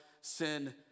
sin